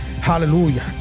Hallelujah